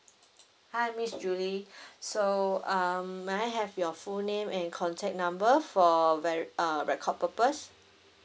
hi miss julie so um may I have your full name and contact number for veri~ uh record purpose